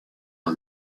par